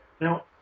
Now